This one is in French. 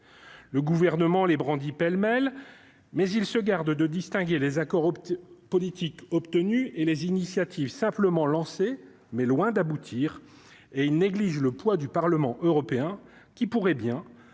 le gouvernement les brandit pêle-mêle, mais il se garde de distinguer les accords politiques obtenu et les initiatives simplement lancé mais loin d'aboutir et il néglige le poids du Parlement européen qui pourrait bien,